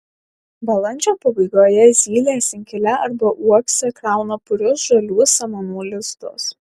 balandžio pabaigoje zylės inkile arba uokse krauna purius žalių samanų lizdus